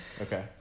Okay